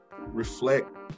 reflect